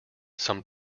some